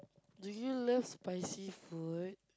do you love spicy food